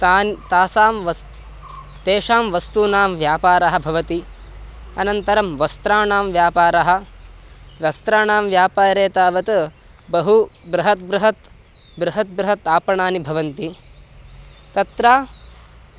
तान् तासां वस् तेषां वस्तूनां व्यापारः भवति अनन्तरं वस्त्राणां व्यापारः वस्त्राणां व्यापारे तावत् बहु बृहत् बृहत् बृहत् बृहत् आपणानि भवन्ति तत्र